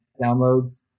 downloads